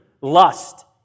lust